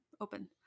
Open